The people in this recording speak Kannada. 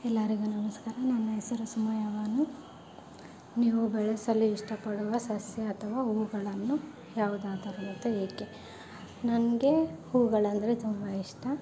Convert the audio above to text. ಎಲ್ಲರಿಗೂ ನಮಸ್ಕಾರ ನನ್ನ ಹೆಸರು ಸುಮಯ್ಯ ಬಾನು ನೀವು ಬೆಳೆಸಲು ಇಷ್ಟಪಡುವ ಸಸ್ಯ ಅಥವಾ ಹೂವುಗಳನ್ನು ಯಾವುದಾದರು ಮತ್ತು ಏಕೆ ನನಗೆ ಹೂವುಗಳಂದ್ರೆ ತುಂಬ ಇಷ್ಟ